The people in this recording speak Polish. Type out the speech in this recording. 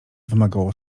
wymagało